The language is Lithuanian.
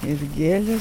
ir gėlės